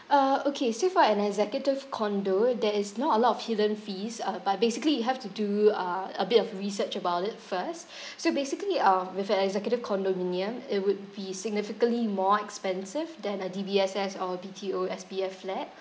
uh okay so for an executive condo there is not a lot of hidden fees uh but basically you have to do uh a bit of research about it first so basically uh f~ with an executive condominium it would be significantly more expensive than a D_B_S_S or a B_T_O S_B_F flat